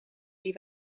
die